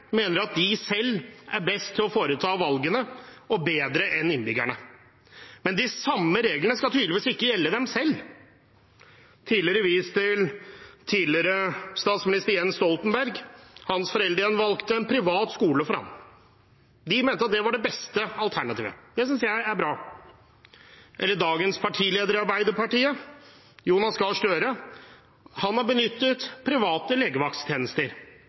mener at de selv er best til å foreta valgene, og bedre enn innbyggerne, mens de samme reglene tydeligvis ikke skal gjelde dem selv. Som det tidligere er vist til: Foreldrene til tidligere statsminister Jens Stoltenberg valgte en privat skole for ham. De mente at det var det beste alternativet. Det synes jeg er bra. Dagens partileder i Arbeiderpartiet, Jonas Gahr Støre, har benyttet private